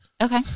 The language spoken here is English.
Okay